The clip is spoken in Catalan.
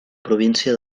província